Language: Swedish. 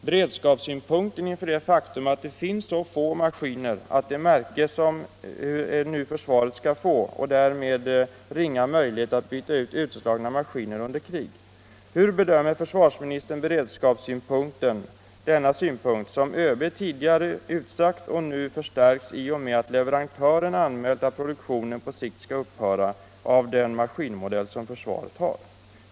Beredskapssynpunkten inför det faktum att det finns så få maskiner av det märke som försvaret nu skall få och därmed ringa möjlighet att byta ut utslagna maskiner under krig: Hur bedömer försvarsministern beredskapssynpunkten, den synpunkt som ÖB tidigare utsagt och som nu förstärks i och med att leverentören har anmält att produktionen på sikt skall upphöra av den maskinmodell som försvaret har?